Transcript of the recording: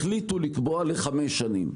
החליטו לקבוע לחמש שנים,